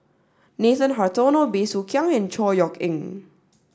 Nathan Hartono Bey Soo Khiang and Chor Yeok Eng